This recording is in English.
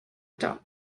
term